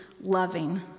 loving